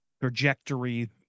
trajectory